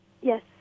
Yes